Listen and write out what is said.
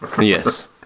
Yes